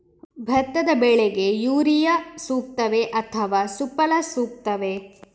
ಭತ್ತದ ಬೆಳೆಗೆ ಯೂರಿಯಾ ಸೂಕ್ತವೇ ಅಥವಾ ಸುಫಲ ಸೂಕ್ತವೇ?